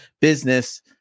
business